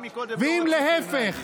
ואם להפך,